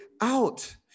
out